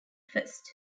first